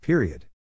Period